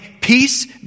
peace